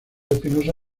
espinosa